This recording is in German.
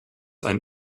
ein